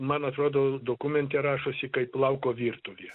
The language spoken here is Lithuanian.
man atrodo dokumente rašosi kaip lauko virtuvė